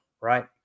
right